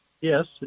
Yes